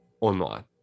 online